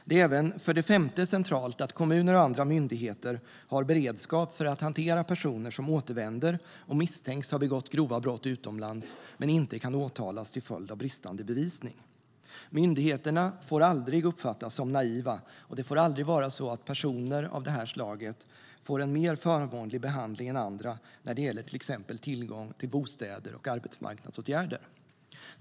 För det femte är det centralt att kommuner och andra myndigheter har beredskap för att hantera personer som återvänder och misstänks ha begått grova brott utomlands men inte kan åtalas till följd av bristande bevisning. Myndigheterna får aldrig uppfattas som naiva, och det får aldrig vara så att personer av detta slag får en mer förmånlig behandling än andra när det gäller till exempel tillgång till bostäder och arbetsmarknadsåtgärder.